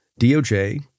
DOJ